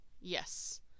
Yes